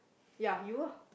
ya you ah